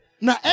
Now